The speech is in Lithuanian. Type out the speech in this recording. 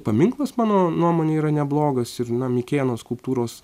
paminklas mano nuomone yra neblogas ir na mikėno skulptūros